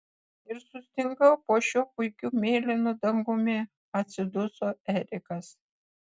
ir sustingau po šiuo puikiu mėlynu dangumi atsiduso erikas